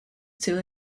still